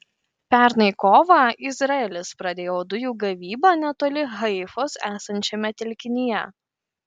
pernai kovą izraelis pradėjo dujų gavybą netoli haifos esančiame telkinyje